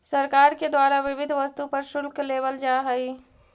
सरकार के द्वारा विविध वस्तु पर शुल्क लेवल जा हई